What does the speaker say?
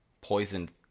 poisoned